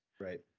right